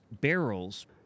barrels